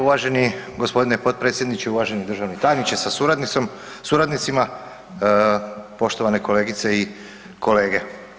Uvaženi g. potpredsjedniče, uvaženi državni tajniče sa suradnicima, poštovane kolegice i kolege.